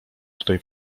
tutaj